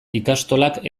ikastolak